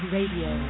Radio